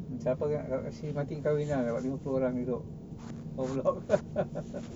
siapa si matin kahwin lah buat lima puluh orang duduk